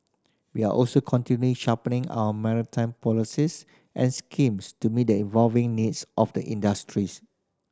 we are also continually sharpening our maritime policies and schemes to meet the evolving needs of the industries